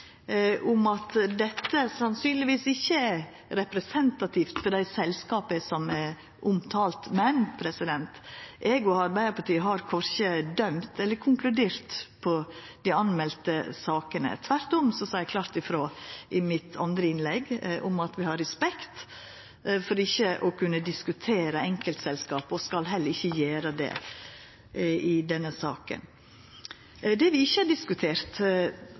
om at dette sannsynlegvis ikkje er representativt for dei selskapa som er omtalte, men eg og Arbeidarpartiet har korkje dømt eller konkludert i dei politimelde sakene. Tvert om sa eg klart ifrå om, i det andre innlegget mitt, at vi har respekt for at vi ikkje kan diskutera enkeltselskap – og skal heller ikkje gjera det i denne saka. Det vi ikkje har diskutert